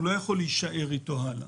הוא לא יכול להישאר איתו הלאה.